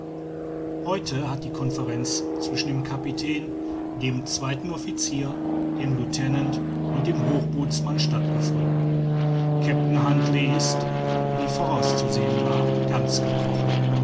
heute hat die conferenz zwischen dem kapitän dem zweiten officier dem lieutenant und dem hochbootsmann stattgefunden kapitän huntly ist wie vorauszusehen war ganz gebrochen